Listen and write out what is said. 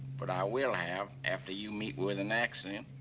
but i will have after you meet with an accident.